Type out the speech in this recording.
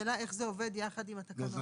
והשאלה איך זה עובד יחד עם התקנות.